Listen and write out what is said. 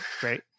great